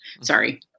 Sorry